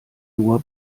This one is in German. nur